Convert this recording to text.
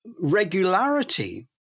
regularity